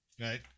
Right